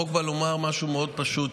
החוק בא לומר משהו מאוד פשוט.